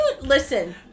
Listen